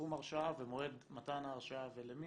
סכום הרשאה ומועד מתן ההרשאה ולמי,